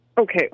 Okay